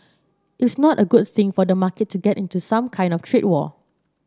it's not a good thing for the market to get into some kind of trade war